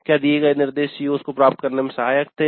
क्या दिए गए निर्देश CO's को प्राप्त करने में सहायक थे